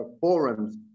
forums